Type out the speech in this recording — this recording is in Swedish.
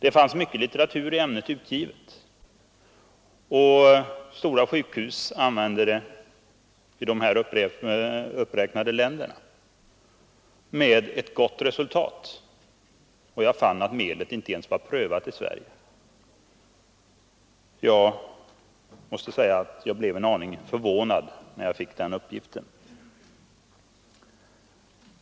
Det fanns mycket litteratur utgiven i ämnet, och stora sjukhus i de här uppräknade länderna använder medlet med gott resultat — och jag fann att det inte ens var prövat i Sverige. Jag måste säga att jag blev en aning förvånad när jag fick den upplysningen.